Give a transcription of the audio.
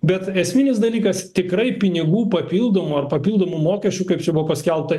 bet esminis dalykas tikrai pinigų papildomų ar papildomų mokesčių kaip čia buvo paskelbta